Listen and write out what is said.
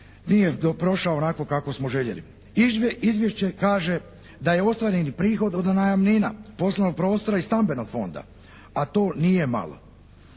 nije prošao onako kako smo željeli. Izvješće kaže da je ostvareni prihod od najamnina poslovnog prostora i stambenog fonda, a to nije malo.